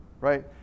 right